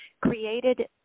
created